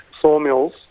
sawmills